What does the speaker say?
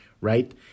right